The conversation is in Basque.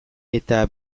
eta